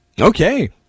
Okay